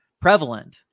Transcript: prevalent